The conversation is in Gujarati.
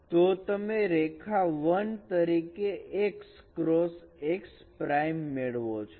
તો તમે રેખા 1 તરીકે x ક્રોસ x પ્રાઈમ મેળવો છો